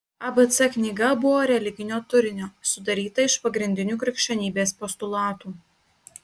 abc knyga buvo religinio turinio sudaryta iš pagrindinių krikščionybės postulatų